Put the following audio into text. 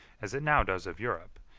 as it now does of europe,